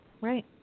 Right